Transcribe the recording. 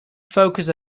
focus